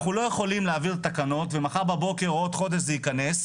אנחנו לא יכולים להעביר תקנות ומחר בבוקר או עוד חודש זה יכנס,